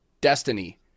destiny